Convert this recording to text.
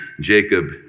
Jacob